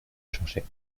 cherchait